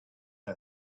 her